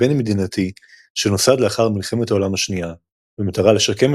בין-מדינתי שנוסד לאחר מלחמת העולם השנייה במטרה לשקם